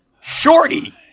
Shorty